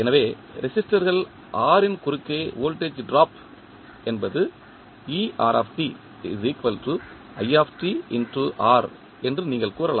எனவே ரெசிஸ்டர்கள் ன் குறுக்கே வோல்டேஜ் டிராப் என்பது என்று நீங்கள் கூறலாம்